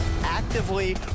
actively